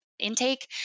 Intake